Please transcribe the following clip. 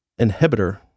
inhibitor